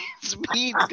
speed